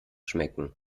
schmecken